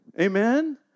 Amen